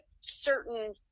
certain